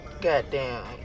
goddamn